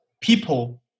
people